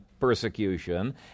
persecution